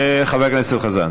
לך זה השתמע.